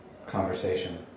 conversation